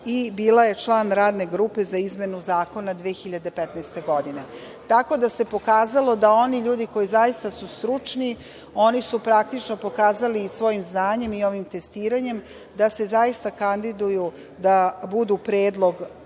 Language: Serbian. i bila je član radne grupe za izmenu zakona 2015. godine. Tako, pokazalo se da oni ljudi koji su zaista stručni oni su praktično pokazali i svojim znanjem i ovim testiranjem da se zaista kandiduju da budu predlog